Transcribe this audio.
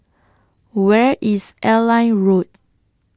Where IS Airline Road